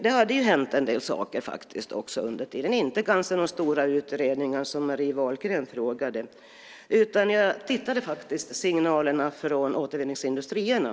Det hade också hänt en del saker under tiden - kanske inte de stora utredningar som Marie Wahlgren frågade efter, men jag lyssnade faktiskt på signalerna från Återvinningsindustrierna.